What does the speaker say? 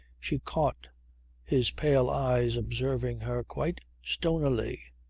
she caught his pale eyes observing her quite stonily.